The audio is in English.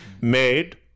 Made